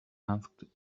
asked